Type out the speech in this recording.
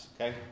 okay